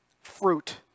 fruit